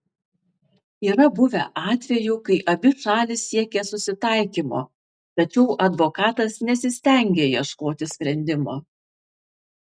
yra buvę atvejų kai abi šalys siekė susitaikymo tačiau advokatas nesistengė ieškoti sprendimo